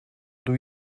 doe